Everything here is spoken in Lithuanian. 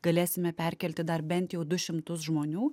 galėsime perkelti dar bent jau du šimtus žmonių